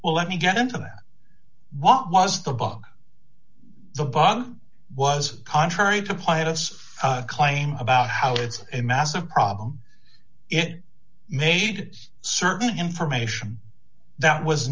well let me get into that what was the bug the bug was contrary to pious claim about how it's a massive problem it made certain information that was